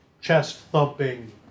chest-thumping